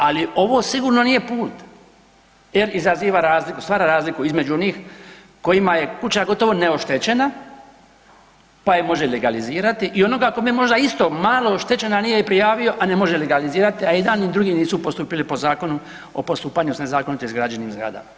Ali ovo sigurno nije put jer izaziva razliku, stvara razliku između onih kojima je kuća gotovo neoštećena pa ju može legalizirati i onoga kome je možda isto malo oštećena a nije je prijavio, a ne može legalizirati, a ni jedan ni drugi nisu postupili po Zakonu o postupanju s nezakonito izgrađenim zgradama.